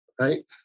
right